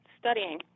studying